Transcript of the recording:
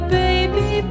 baby